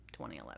2011